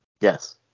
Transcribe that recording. Yes